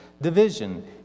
division